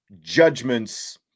judgments